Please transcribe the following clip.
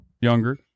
Younger